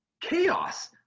Chaos